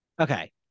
Okay